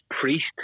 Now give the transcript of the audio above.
priest